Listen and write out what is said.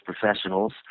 Professionals